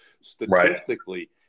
statistically